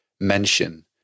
mention